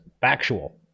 factual